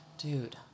Dude